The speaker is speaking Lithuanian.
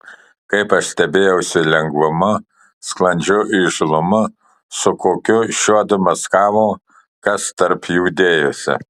kaip aš stebėjausi lengvumu sklandžiu įžūlumu su kokiu šiuodu maskavo kas tarp jų dėjosi